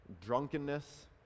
drunkenness